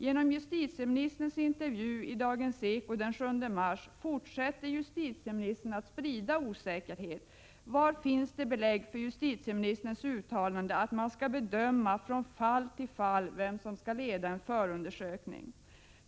Genom intervjun i Dagens Eko den 7 mars fortsätter justitieministern att sprida osäkerhet. Var finns det belägg för justitieministerns uttalande att man skall bedöma från fall till fall vem som skall leda en förundersökning?